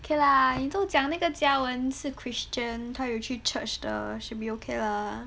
K lah 你都讲那个 jia wen 是 christian 他有去 church 的 should be okay lah